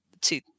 two